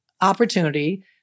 opportunity